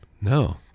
No